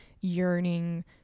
yearning